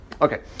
Okay